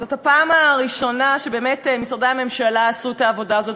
זאת הפעם הראשונה שבאמת משרדי הממשלה עשו את העבודה הזאת.